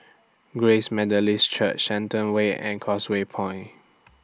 Grace Methodist Church Shenton Way and Causeway Point